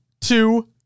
two